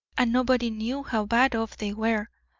and nobody knew how bad off they were.